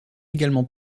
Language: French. également